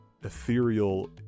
ethereal